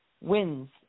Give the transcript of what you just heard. wins